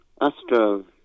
Astro